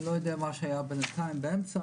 אני לא יודע מה שהיה בינתיים באמצע,